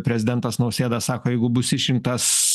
prezidentas nausėda sako jeigu bus išrinktas